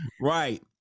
Right